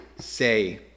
say